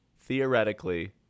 Theoretically